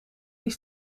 die